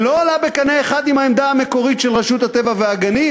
שלא עולה בקנה אחד עם העמדה המקורית של רשות הטבע והגנים,